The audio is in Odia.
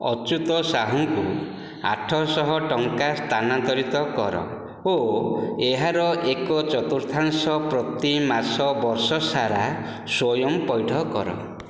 ଅଚ୍ୟୁତ ସାହୁଙ୍କୁ ଆଠଶହ ଟଙ୍କା ସ୍ଥାନାନ୍ତରିତ କର ଓ ଏହାର ଏକ ଚତୁର୍ଥାଂଶ ପ୍ରତିମାସ ବର୍ଷ ସାରା ସ୍ଵୟଂ ପଇଠ କର